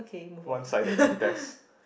one sided contest